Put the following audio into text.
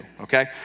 okay